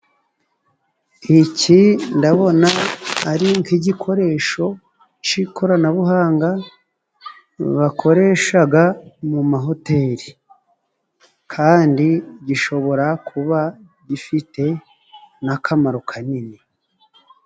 Iki ndabona ari nk'igikoresho c'ikoranabuhanga bakoreshaga mu mahoteli kandi gishobora kuba gifite n'akamaro kanini.